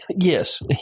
Yes